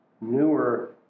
newer